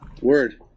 word